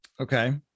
Okay